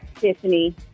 Tiffany